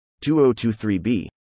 2023b